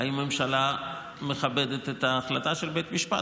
האם הממשלה מכבדת את ההחלטה של בית המשפט?